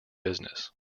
business